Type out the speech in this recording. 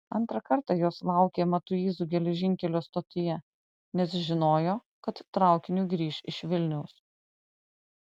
antrą kartą jos laukė matuizų geležinkelio stotyje nes žinojo kad traukiniu grįš iš vilniaus